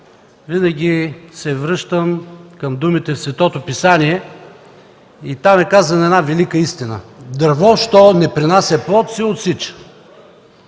винаги се връщам към думите от Светото писание. Там е казана една велика истина: „Дърво, що не пренася плод, се отсича.”.